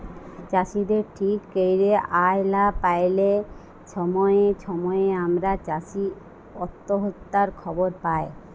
চাষীদের ঠিক ক্যইরে আয় লা প্যাইলে ছময়ে ছময়ে আমরা চাষী অত্যহত্যার খবর পায়